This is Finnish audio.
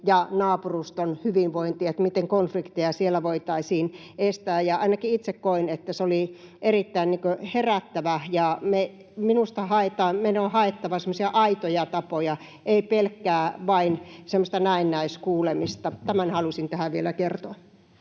ja naapuruston hyvinvointi, se, miten konflikteja siellä voitaisiin estää. Ja ainakin itse koen, että se oli erittäin herättävää, ja minusta meidän on haettava semmoisia aitoja tapoja, ei vain pelkkää semmoista näennäiskuulemista. Tämän halusin tähän vielä kertoa.